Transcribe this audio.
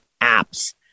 apps